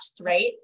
right